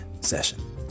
session